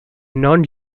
non